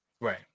Right